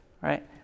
right